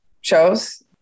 shows